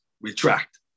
retract